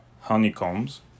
honeycombs